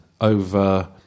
over